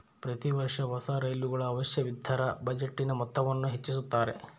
ಪ್ರತಿ ವರ್ಷ ಹೊಸ ರೈಲುಗಳ ಅವಶ್ಯವಿದ್ದರ ಬಜೆಟಿನ ಮೊತ್ತವನ್ನು ಹೆಚ್ಚಿಸುತ್ತಾರೆ